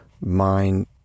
mind